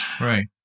Right